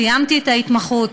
סיימתי את ההתמחות,